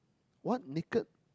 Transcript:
what naked